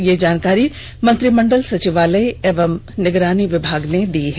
यह जानकारी मंत्रिमंडल सचिवालय एवं निगरानी विमाग ने दी है